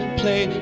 play